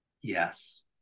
Yes